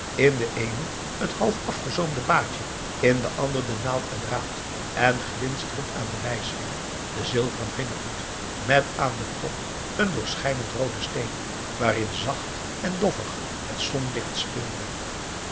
in de eene het half afgezoomde baadje in de ander de naald en draad en glinsterend aan den wijsvinger de zilveren vingerhoed met aan den top een doorschijnend rooden steen waarin zacht en doffig het zonlicht speelde